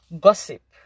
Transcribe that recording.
gossip